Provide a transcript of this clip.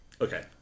Okay